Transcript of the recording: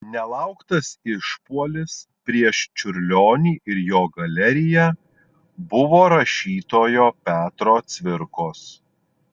nelauktas išpuolis prieš čiurlionį ir jo galeriją buvo rašytojo petro cvirkos